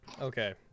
Okay